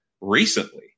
recently